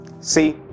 see